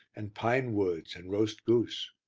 and pinewoods and roast goose.